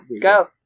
go